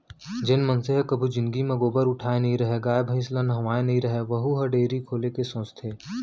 जेन मनसे ह कभू जिनगी म गोबर उठाए नइ रहय, गाय भईंस ल नहवाए नइ रहय वहूँ ह डेयरी खोले के सोचथे